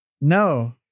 No